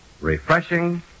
refreshing